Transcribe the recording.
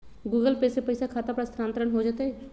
Google Pay से पईसा खाता पर स्थानानंतर हो जतई?